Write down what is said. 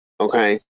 Okay